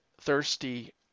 thirsty